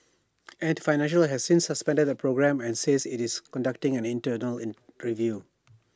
ant financial has since suspended the programme and says IT is conducting an internal in preview